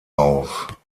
auf